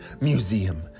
museum